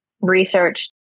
research